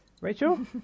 rachel